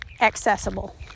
accessible